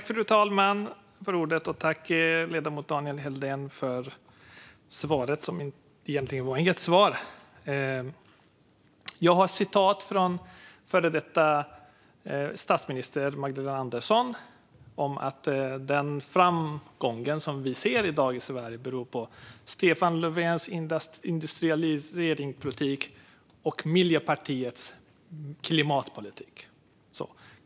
Fru talman! Tack för svaret, ledamoten Daniel Helldén, även om det egentligen inte var något svar! Den förra statsministern Magdalena Andersson har sagt att den framgång som vi ser i dagens Sverige beror på Stefan Löfvens industrialiseringspolitik och Miljöpartiets klimatpolitik.